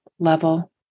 level